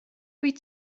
wyt